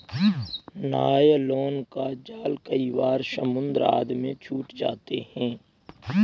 nylon का जाल कई बार समुद्र आदि में छूट जाते हैं